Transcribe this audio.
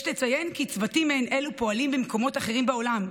יש לציין כי צוותים מעין אלה פועלים במקומות אחרים בעולם,